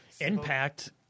impact